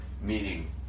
meaning